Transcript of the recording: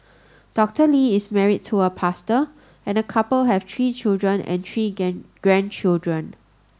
Doctor Lee is married to a pastor and the couple have three children and three grandchildren